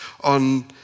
on